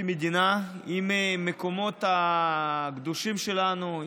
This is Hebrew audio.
כמדינה עם המקומות הקדושים שלנו,